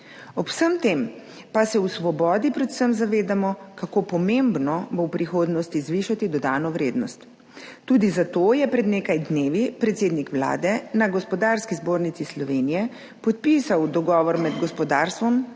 Ob vsem tem pa se v Svobodi predvsem zavedamo, kako pomembno bo v prihodnosti zvišati dodano vrednost. Tudi zato je pred nekaj dnevi predsednik Vlade na Gospodarski zbornici Slovenije podpisal dogovor med gospodarstvom,